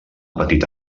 petita